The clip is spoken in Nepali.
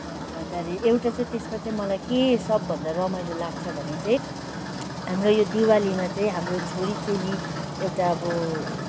अन्त त्यहाँरि एउटा चाहिँ त्यसमा चाहिँ मलाई के सबभन्दा रमाइलो लाग्छ भने चाहिँ हाम्रो यो दिवालीमा चाहिँ हाम्रो छोरी चेली एउटा अब